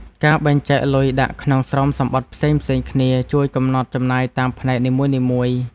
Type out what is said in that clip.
ការបែងចែកលុយដាក់ក្នុងស្រោមសំបុត្រផ្សេងៗគ្នា ជួយកំណត់ចំណាយតាមផ្នែកនីមួយៗ។